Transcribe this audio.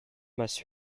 must